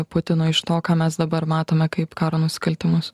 putinui iš to ką mes dabar matome kaip karo nusikaltimus